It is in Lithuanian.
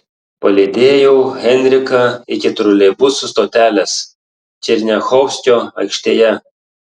palydėjau henriką iki troleibusų stotelės černiachovskio aikštėje